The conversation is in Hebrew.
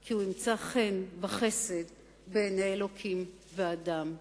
היא כי ימצא חן וחסד בעיני אלוקים ואדם.